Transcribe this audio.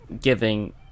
giving